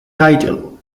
title